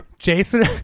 Jason